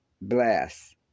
bless